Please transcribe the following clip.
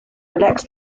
elects